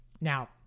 Now